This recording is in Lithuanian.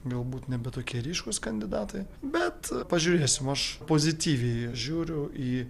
galbūt nebe tokie ryškūs kandidatai bet pažiūrėsim aš pozityviai žiūriu į